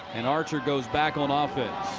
and archer goes back on ah offense.